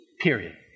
Period